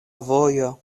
vojo